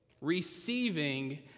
receiving